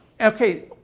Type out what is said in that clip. Okay